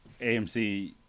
AMC